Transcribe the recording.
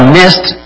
missed